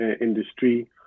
industry